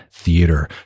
Theater